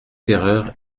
terreur